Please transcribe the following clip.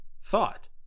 thought